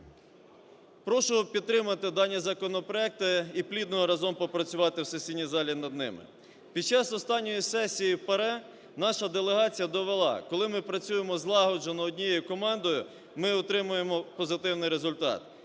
Прошу підтримати дані законопроекти і плідно разом попрацювати в сесійній залі над ними. Під час останньої сесії в ПАРЄ наша делегація довела, коли ми працюємо злагоджено однією командою, ми отримуємо позитивний результат,